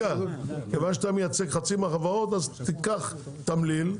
כיוון שאתה מייצג חצי מהחברות אז תיקח תמליל,